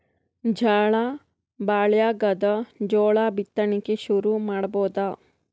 ಝಳಾ ಭಾಳಾಗ್ಯಾದ, ಜೋಳ ಬಿತ್ತಣಿಕಿ ಶುರು ಮಾಡಬೋದ?